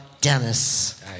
Dennis